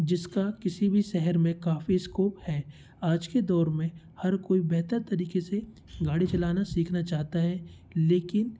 जिसका किसी भी शहर में काफ़ी इस्कोप है आज के दौर में हर कोई बेहतर तरीक़े से गाड़ी चलाना सीखना चाहता है लेकिन